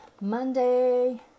Monday